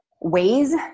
ways